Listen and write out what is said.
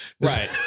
Right